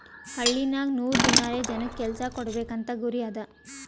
ಹಳ್ಳಿನಾಗ್ ನೂರ್ ದಿನಾರೆ ಜನಕ್ ಕೆಲ್ಸಾ ಕೊಡ್ಬೇಕ್ ಅಂತ ಗುರಿ ಅದಾ